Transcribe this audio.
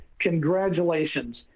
congratulations